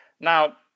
Now